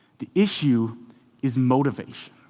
the issue is motivation.